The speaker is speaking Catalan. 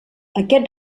aquest